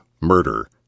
murder